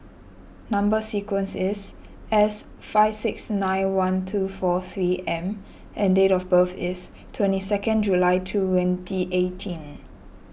Number Sequence is S five six nine one two four three M and date of birth is twenty second July twenty eighteen